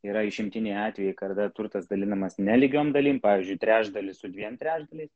yra išimtiniai atvejai kada turtas dalinamas ne lygiom dalim pavyzdžiui trečdalis su dviem trečdaliai